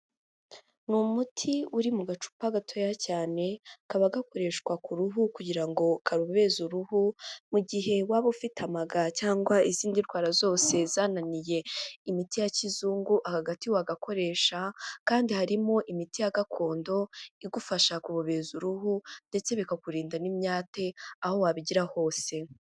Ni umuti uri mu gacupa gatoya cyane, kaba gakoreshwa ku ruhu kugira ngo kabobeze uruhu mu gihe waba ufite amaga cyangwa izindi ndwara zose zananiye imiti ya kizungu aka gati wagakoresha kandi harimo imiti ya gakondo igufasha kubobeza uruhu ndetse bikakurinda n'imyate aho wabigira hose.